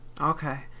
Okay